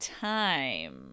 time